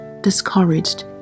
discouraged